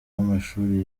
w’amashuri